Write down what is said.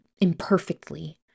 imperfectly